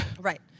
Right